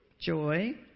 joy